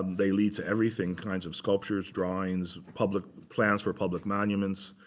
um they lead to everything, kinds of sculptures, drawings, public, plans for public monuments,